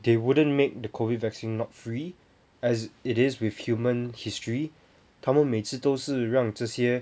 they wouldn't make the COVID vaccine not free as it is with human history 他们每次都是让这些